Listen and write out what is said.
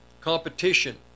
competition